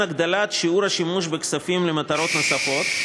הגדלת שיעור השימוש בכספים למטרות נוספות,